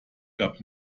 gab